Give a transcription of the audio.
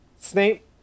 Snape